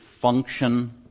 function